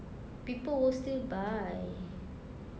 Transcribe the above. people will still buy